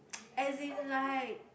as in like